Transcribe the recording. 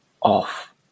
off